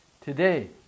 Today